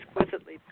exquisitely